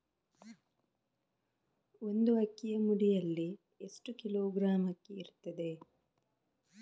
ಒಂದು ಅಕ್ಕಿಯ ಮುಡಿಯಲ್ಲಿ ಎಷ್ಟು ಕಿಲೋಗ್ರಾಂ ಅಕ್ಕಿ ಇರ್ತದೆ?